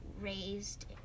raised